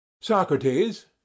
Socrates